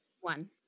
One